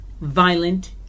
violent